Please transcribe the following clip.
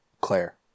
Claire